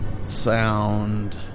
sound